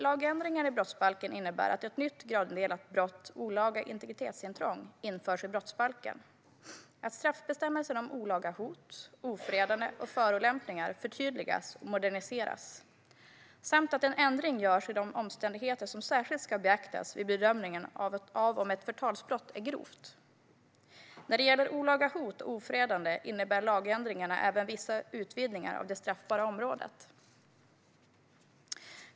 Lagändringarna i brottsbalken innebär att ett nytt gradindelat brott - olaga integritetsintrång - införs i brottsbalken, att straffbestämmelserna om olaga hot, ofredande och förolämpning förtydligas och moderniseras samt att en ändring görs i de omständigheter som särskilt ska beaktas vid bedömningen av om ett förtalsbrott är grovt. När det gäller olaga hot och ofredande innebär lagändringarna även vissa utvidgningar av det straffbara området.